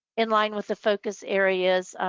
in line with the focus areas,